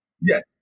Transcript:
Yes